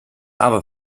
other